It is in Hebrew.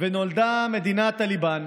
ונולדה מדינת טאליבן.